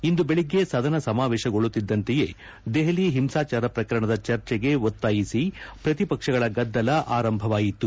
ಇಂದು ಬೆಳಿಗ್ಗೆ ಸದನ ಸಮಾವೇಶಗೊಳ್ಳುತ್ತಿದ್ದಂತೆಯೇ ದೆಹಲಿ ಹಿಂಸಾಚಾರ ಪ್ರಕರಣದ ಚರ್ಚೆಗೆ ಒತ್ತಾಯಿಸಿ ಪ್ರತಿಪಕ್ಷಗಳ ಗದ್ದಲ ಆರಂಭವಾಯಿತು